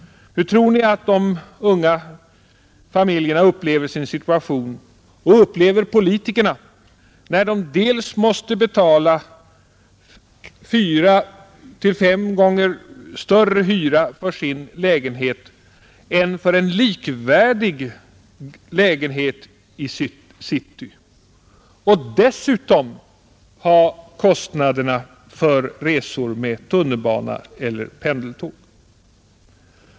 Hur tror ni att de unga familjerna upplever sin situation — och upplever politikerna — när de dels måste betala fem gånger högre hyra för sin lägenhet än andra för en likvärdig lägenhet i city, dels måste betala kostnaderna för resor med tunnelbana eller pendeltåg?